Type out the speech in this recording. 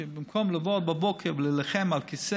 במקום לבוא בבוקר ולהילחם על כיסא